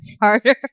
harder